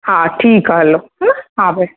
हा ठीकु आहे हलो हा हा बसि